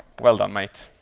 well done, mate.